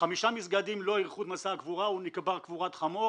חמישה מסגדים לא אירחו את מסע הקבורה והוא נקבר קבורת חמור.